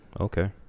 okay